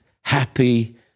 happy